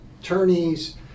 attorneys